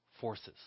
forces